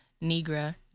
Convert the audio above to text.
negra